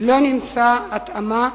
"לא נמצאה התאמה"